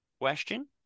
question